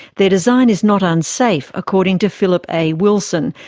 their design is not unsafe, according to philip a. wilson,